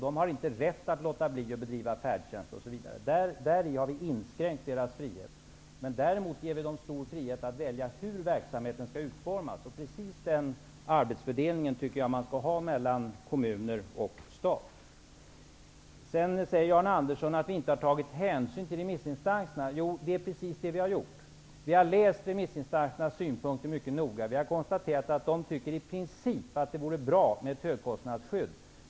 De har inte rätt att låta bli att bedriva färdtjänst osv. Där har vi inskränkt deras frihet. Vi ger dem däremot stor frihet att välja hur verksamheten skall utformas. Jag tycker att man skall ha precis den arbetsfördelningen mellan kommuner och stat. Sedan säger Jan Andersson att vi inte har tagit hänsyn till remissinstanserna. Det är precis vad vi har gjort. Vi har läst remissinstansernas synpunkter mycket noga. Vi har konstaterat att de i princip tycker att det vore bra med ett högkostnadsskydd.